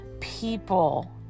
people